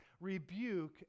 rebuke